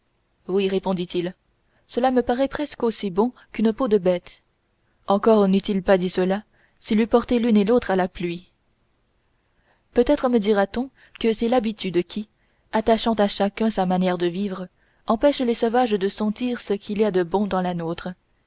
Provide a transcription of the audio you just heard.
oui répondit-il cela me paraît presque aussi bon qu'une peau de bête encore n'eût-il pas dit cela s'il eût porté l'une et l'autre à la pluie peut-être me dira-t-on que c'est l'habitude qui attachant chacun à sa manière de vivre empêche les sauvages de sentir ce qu'il y a de bon dans la nôtre